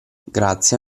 grazia